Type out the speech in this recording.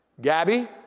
Gabby